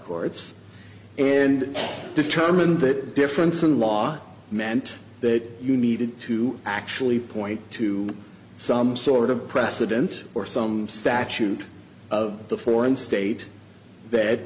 courts and determined that difference in law meant that you needed to actually point to some sort of precedent or some statute of the foreign state